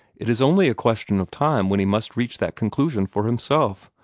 it is only a question of time when he must reach that conclusion for himself.